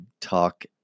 talk